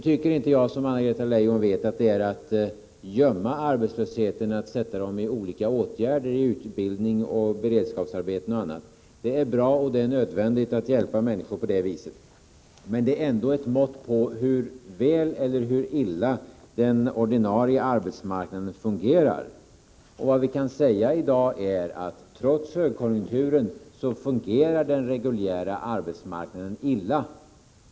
Som Anna-Greta Leijon vet tycker inte jag att det är att gömma arbetslösheten att sätta människor i olika typer av utbildning, beredskapsarbeten och annat. Det är bra och nödvändigt att hjälpa människor på det viset. Men det är ändå ett mått på hur väl eller hur illa den ordinarie arbetsmarknaden fungerar. Vad vi kan säga i dag är, att trots högkonjunkturen fungerar den reguljära arbetsmarknaden illa.